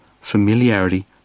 Familiarity